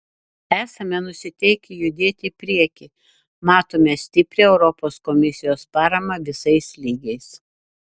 esame nusiteikę judėti į priekį matome stiprią europos komisijos paramą visais lygiais